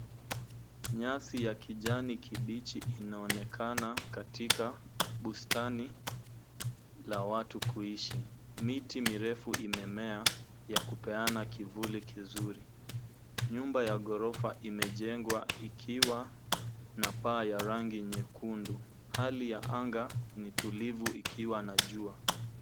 Nyasi ya kijani kibichi inaonekana katika bustani la watu kuishi. Miti mirefu imemea, ya kupeana kivuli kizuri. Nyumba ya ghorofa imejengwa ikiwa na paa ya rangi nyekundu. Hali ya anga ni tulivu ikiwa na jua.